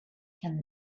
can